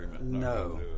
No